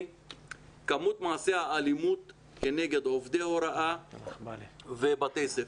כמות מעשי האלימות כנגד עובדי הוראה בבתי ספר.